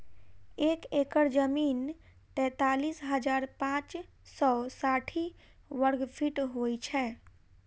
एक एकड़ जमीन तैँतालिस हजार पाँच सौ साठि वर्गफीट होइ छै